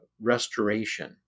restoration